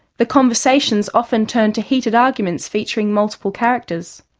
the conversations often turned to heated arguments featuring multiple characters.